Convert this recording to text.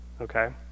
okay